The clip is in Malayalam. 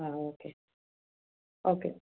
ആ ഓക്കെ ഓക്കെ